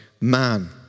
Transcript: man